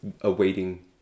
awaiting